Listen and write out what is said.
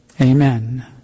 Amen